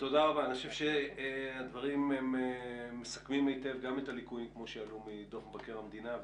אני חושב שהדברים מסכמים היטב את הליקויים כמו שעלו בדוח מבקר המדינה.